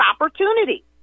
opportunity